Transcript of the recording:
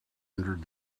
entered